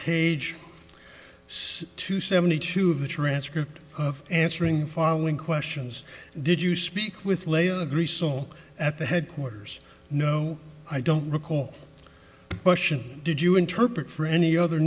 six to seventy two of the transcript of answering following questions did you speak with layer of grease all at the headquarters no i don't recall question did you interpret for any other